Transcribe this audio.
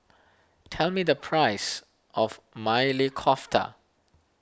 tell me the price of Maili Kofta